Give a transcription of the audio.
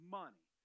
money